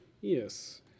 Yes